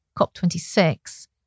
COP26